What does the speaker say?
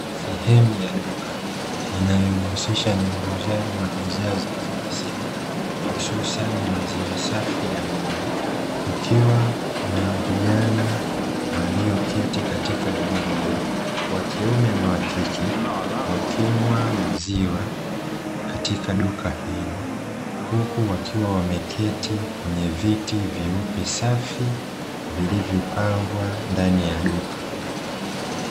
Sehemu ya duka inayojihusisha na uuzaji wa bidhaa za kila siku hususani maziwa safi ya ng'ombe, kukiwa na vijana walioketi katika eneo hilo wakiume na wakike wakinywa maziwa katika duka hilo, huku wakiwa wameketi kwenye viti vyeupe safi vilivyopangwa ndani ya duka.